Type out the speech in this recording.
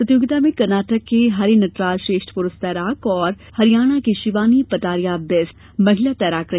प्रतियोगिता में कर्नाटक के हरि नटराज श्रेष्ठ पुरूष तैराक और हरियाणा की शिवानी पटारिया बेस्ट महिला तैराक रहे